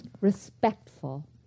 respectful